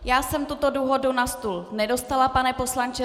Já jsem tuto dohodu na stůl nedostala, pane poslanče.